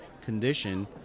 condition